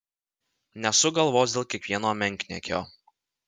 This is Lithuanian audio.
nesuk galvos dėl kiekvieno menkniekio